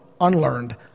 unlearned